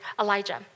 Elijah